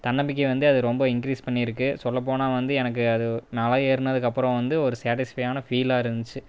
தன்னம்பிக்கையை வந்து அது ரொம்ப இங்க்ரீஸ் பண்ணியிருக்கு சொல்லப்போனா வந்து எனக்கு அது மலை ஏறுனதுக்கு அப்புறம் வந்து ஒரு சாடிஸ்ஃபைடான ஒரு ஃபீல்லாக இருந்துச்சு